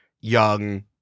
young